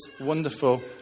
wonderful